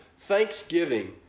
Thanksgiving